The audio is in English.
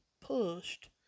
pushed